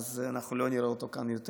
אנחנו לא נראה אותו כאן יותר.